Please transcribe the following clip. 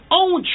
own